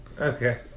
Okay